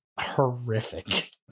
horrific